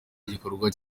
igikorwa